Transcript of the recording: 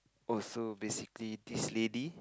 also basically this lady